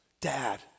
Dad